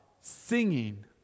singing